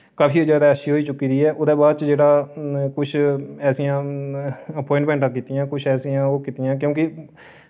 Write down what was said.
काफी जैदा अच्छी होई चुकी दी उ'दे बाद च जेह्ड़ा किश ऐसियां अपाइंटमेंटां कीतियां किश ऐसियां ओह् कीतियां क्यूंकि